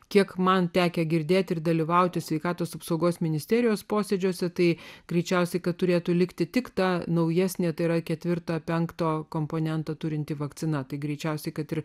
kiek man tekę girdėti ir dalyvauti sveikatos apsaugos ministerijos posėdžiuose tai greičiausiai kad turėtų likti tik ta naujesnė tai yra ketvirto penktą komponentą turinti vakcina tai greičiausiai kad ir